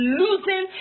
losing